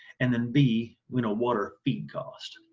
and then b you know what are feed costs?